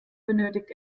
benötigt